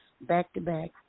back-to-back